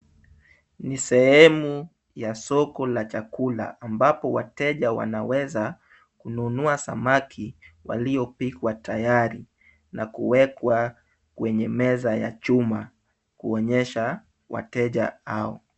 Ni sehemu ya soko la chakula ambapo wateja wanaweza kununua samaki waliopikwa tayari na kuwekwa kwenye meza ya chuma kuonyesha wateja hao.